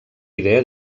idea